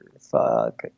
fuck